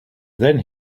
then